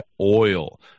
Oil